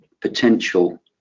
potential